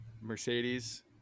Mercedes